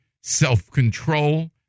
self-control